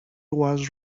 was